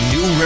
New